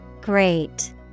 Great